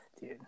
Dude